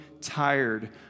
tired